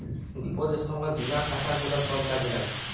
বিপদের সময় বীমার টাকা গুলা সব কাজে লাগে